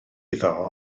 iddo